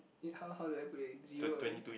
it how how do I put it zero